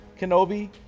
Kenobi